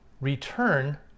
return